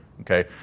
Okay